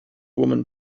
woman